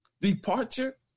departure